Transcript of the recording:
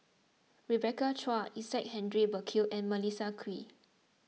Rebecca Chua Isaac Henry Burkill and Melissa Kwee